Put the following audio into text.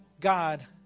God